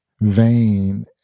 vain